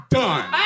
done